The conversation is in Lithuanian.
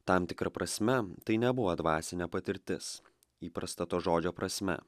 tam tikra prasme tai nebuvo dvasinė patirtis įprasta to žodžio prasme